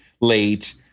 late